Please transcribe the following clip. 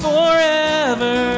Forever